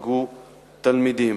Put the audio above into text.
ייפגעו תלמידים.